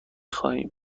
خواهیم